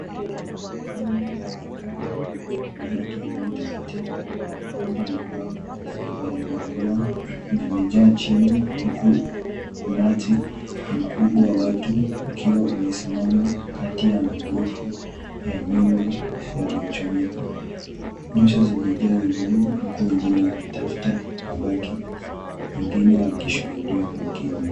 Vumbi la makaa, mabaki yaliyoteketea na vipande vya mbao vilivyoungua vimejaa chini huku umati mkubwa wa watu ukiwa umesimama kati ya magofu ya nyumba yaliyochomeka. Nyuso zimejaa huzuni huku wengine wakitafuta mabaki wengine wakishuhudia kwa kimya.